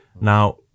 Now